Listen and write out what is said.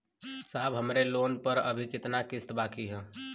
साहब हमरे लोन पर अभी कितना किस्त बाकी ह?